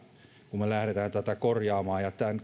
kun me lähdemme tätä korjaamaan tämän